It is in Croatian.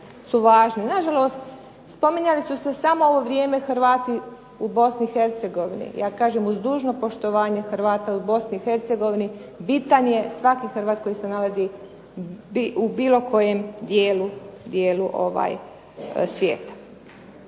Na žalost spominjali su se samo u ovo vrijeme Hrvati u Bosni i Hercegovini. Ja kažem uz dužno poštovanje Hrvata u Bosni i Hercegovini bitan je svaki Hrvat koji se nalazi u bilo kojem dijelu svijeta.